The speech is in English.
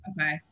Okay